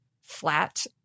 flat